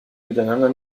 miteinander